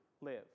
live